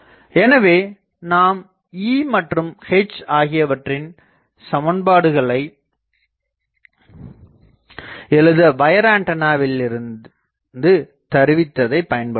எனவே நாம் E மற்றும் H ஆகியவற்றின் சமன்பாடுகளை எழுத வயர் ஆண்டனாவிலிருந்து தருவித்ததைப் பயன்படுத்தலாம்